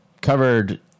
covered